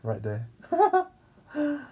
right there